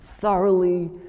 thoroughly